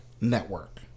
network